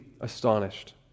astonished